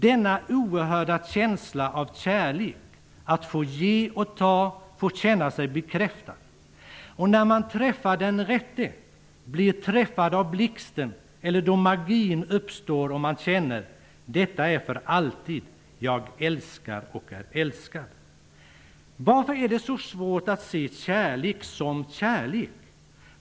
Denna oerhörda känsla av kärlek, att få ge och ta, få känna sig bekräftad. Och när man träffar den rätte, blir träffad av blixten eller då magin uppstår och man känner: Detta är för alltid, jag älskar och är älskad!'' ''Varför är det så svårt att se kärlek som kärlek?